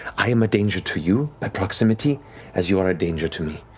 i am a danger to you by proximity as you are a danger to me.